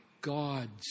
God's